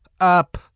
up